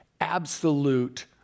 absolute